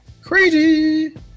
crazy